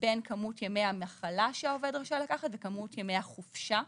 בין כמות ימי המחלה שהעובד רשאי לקחת וכמות ימי החופשה.